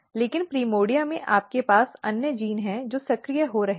लेकिन प्राइमोर्डिया मे आपके पास अन्य जीन हैं जो सक्रिय हो रहे हैं